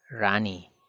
Rani